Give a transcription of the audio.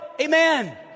Amen